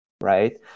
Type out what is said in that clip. right